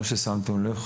כמו ששמתם לב,